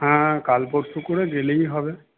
হ্যাঁ কাল পরশু করে গেলেই হবে